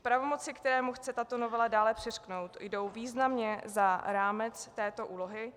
Pravomoci, které mu chce tato novela dále přiřknout, jdou významně za rámec této úlohy.